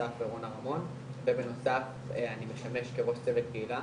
אסף ורונה רמון ובנוסף אני משמש כראש צוות קהילה